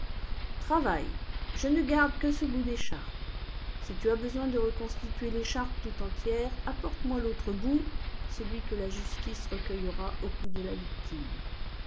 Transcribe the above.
travaille je ne garde que ce bout d'écharpe si tu as besoin de reconstituer l'écharpe tout entière apporte-moi l'autre bout celui que la justice recueillera au cou de la victime